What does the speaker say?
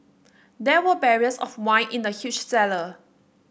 there were barrels of wine in the huge cellar